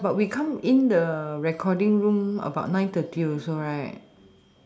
ya but we come in the recording room about nine thirty also right